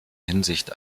hinsicht